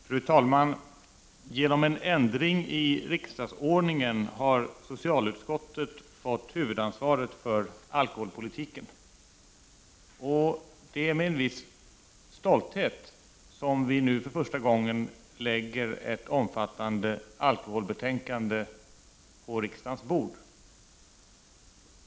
Fru talman! Genom en ändring i riksdagsordningen har socialutskottet fått huvudansvaret för alkoholpolitiken. Det är med en viss stolthet som vi nu för första gången lägger fram ett omfattande alkoholbetänkande på riksdagens bord.